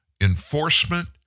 enforcement